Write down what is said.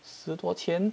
十多千